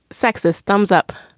sexist. thumbs up.